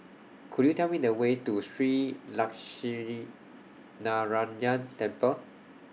Could YOU Tell Me The Way to Shree Lakshminarayanan Temple